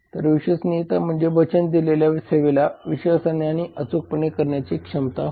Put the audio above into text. तर विश्वसनीयता म्हणजे वचन दिलेल्या सेवेला विश्वासाने आणि अचूकपणे करण्याची क्षमता होय